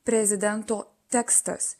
prezidento tekstas